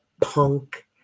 punk